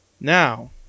Now